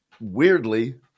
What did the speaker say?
weirdly